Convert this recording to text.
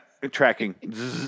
Tracking